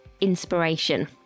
inspiration